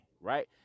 right